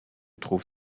trouve